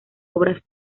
obras